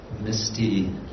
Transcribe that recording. misty